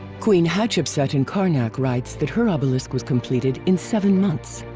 queen hatshepsut in karnak writes that her obelisk was completed in seven months.